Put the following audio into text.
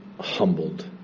humbled